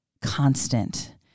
Constant